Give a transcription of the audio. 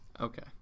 Okay